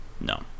No